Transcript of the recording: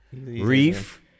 Reef